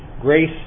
Grace